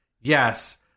Yes